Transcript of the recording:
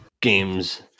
games